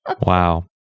Wow